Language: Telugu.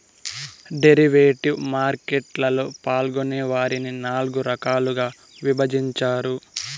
డెరివేటివ్ మార్కెట్ లలో పాల్గొనే వారిని నాల్గు రకాలుగా విభజించారు